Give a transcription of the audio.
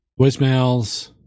Voicemails